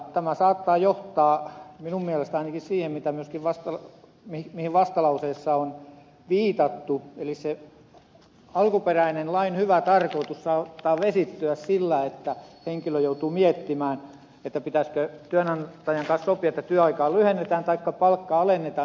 tämä saattaa johtaa minun mielestäni ainakin siihen mihin myöskin vastalauseessa on viitattu että se alkuperäinen lain hyvä tarkoitus saattaa vesittyä sillä että henkilö joutuu miettimään pitäisikö työnantajan kanssa sopia että työaikaa lyhennetään taikka palkkaa alennetaan